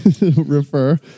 Refer